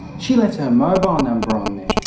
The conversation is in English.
she left her mobile number on there,